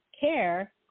care